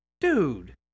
dude